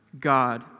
God